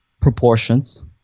Proportions